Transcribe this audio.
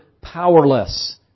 powerless